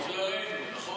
בגללנו, נכון?